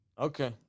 Okay